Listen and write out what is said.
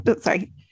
sorry